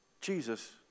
Jesus